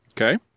Okay